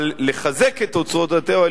אבל לחזק את אוצרות הטבע,